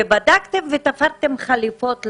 ובדקתם ותפרתם חליפות לנער,